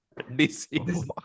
DC